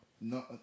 No